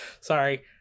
Sorry